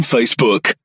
Facebook